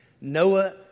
Noah